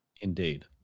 indeed